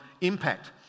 impact